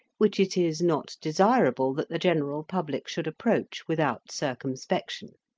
which it is not desirable that the general public should approach without circumspection.